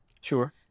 Sure